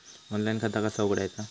Online खाता कसा उघडायचा?